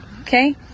Okay